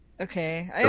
Okay